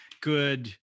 good